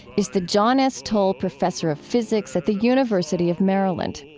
is the john s. toll professor of physics at the university of maryland.